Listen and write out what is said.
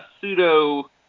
pseudo